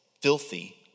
filthy